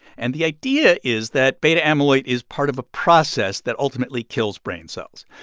and the idea is that beta-amyloid is part of a process that ultimately kills brain cells.